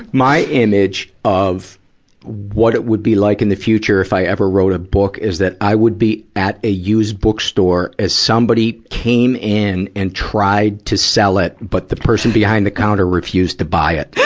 my image of what it would be like in the future if i ever wrote a book, is that i would be at a used bookstore as somebody came in and tried to sell it, but the person behind the counter refused to buy it.